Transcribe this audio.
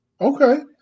Okay